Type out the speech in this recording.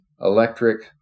electric